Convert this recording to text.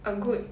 a good